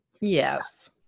Yes